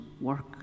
work